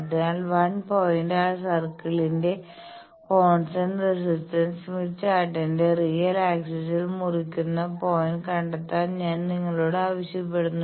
അതിനാൽ 1 പോയിന്റ് സർക്കിളിന്റെ constant resistance Smith ചാർട്ടിന്റെ റിയൽ ആക്സിസ് മുറിക്കുന്ന പോയിന്റ് കണ്ടെത്താൻ ഞാൻ നിങ്ങളോട് ആവശ്യപ്പെടുന്നു